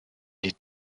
les